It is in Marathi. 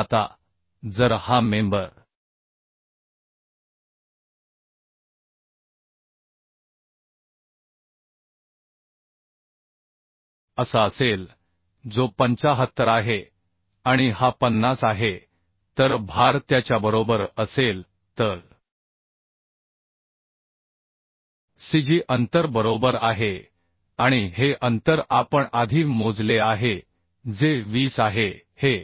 आता जर हा मेंबर असा असेल जो 75 आहे आणि हा 50 आहे तर भार त्याच्या बरोबर असेल तर CG अंतर बरोबर आहे आणि हे अंतर आपण आधी मोजले आहे जे 20 आहे हे